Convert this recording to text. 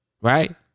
Right